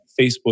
Facebook